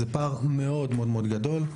זה פער מאוד גדול.